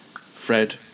Fred